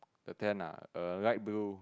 the tent ah err light blue